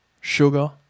sugar